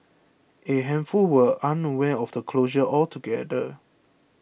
a handful were unaware of the closure altogether